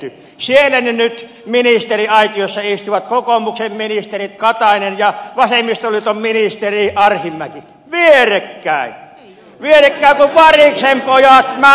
siellä he nyt ministeriaitiossa istuvat kokoomuksen ministeri katainen ja vasemmistoliiton ministeri arhinmäki vierekkäin vierekkäin kuin variksenpojat männynoksalla